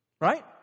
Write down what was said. Right